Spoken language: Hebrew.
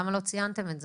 למה לא ציינתם את זה?